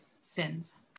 sins